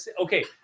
Okay